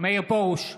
מאיר פרוש,